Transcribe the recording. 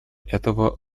этого